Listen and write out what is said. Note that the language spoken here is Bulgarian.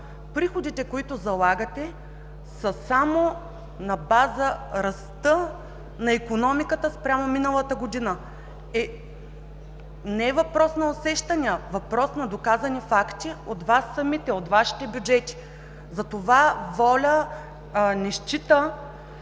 Приходите, които залагате, са само на база ръст на икономиката спрямо миналата година. (Реплики.) Не е въпрос на усещания – въпрос на доказани факти от Вас самите, от Вашите бюджети. „Воля“ не счита,